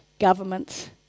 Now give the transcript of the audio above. governments